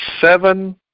seven